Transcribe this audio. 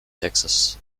texas